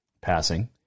Passing